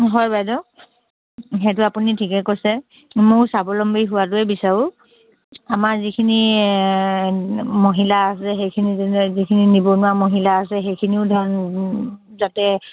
হয় বাইদেউ সেইটো আপুনি ঠিকে কৈছে ময়ো স্বাৱলম্বী হোৱটোৱে বিচাৰোঁ আমাৰ যিখিনি মহিলা আছে সেইখিনি যিখিনি নিবনুৱা মহিলা আছে সেইখিনিও ধৰ যাতে